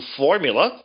formula